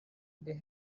they